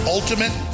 Ultimate